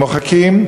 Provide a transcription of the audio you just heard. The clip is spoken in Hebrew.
הם מוחקים,